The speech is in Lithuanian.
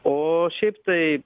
o šiaip tai